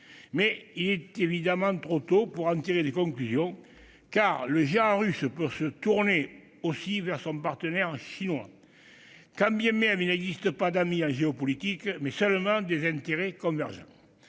il est évidemment trop tôt pour en tirer des conclusions, car le géant russe peut aussi se tourner vers son partenaire chinois- bien qu'il n'existe pas d'amis en géopolitique, mais seulement des intérêts convergents.